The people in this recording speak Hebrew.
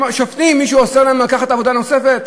שופטים, מישהו אוסר עליהם לקחת עבודה נוספת?